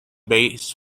base